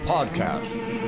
Podcasts